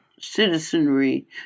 citizenry